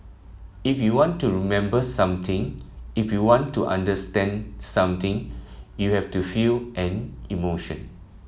if you want to remember something if you want to understand something you have to feel an emotion